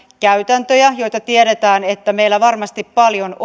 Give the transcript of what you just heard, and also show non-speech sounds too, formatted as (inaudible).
käytäntöjä joita tiedetään meillä varmasti paljon (unintelligible)